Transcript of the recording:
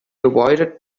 avoided